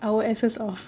our asses off